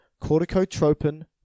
corticotropin